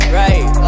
right